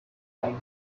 pine